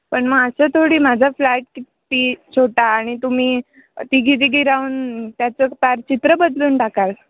पण मग असं थोडी माझा फ्लॅट किती छोटा आणि तुम्ही तिघी तिघी राहून त्याचं पार चित्र बदलून टाकाल